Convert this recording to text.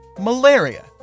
Malaria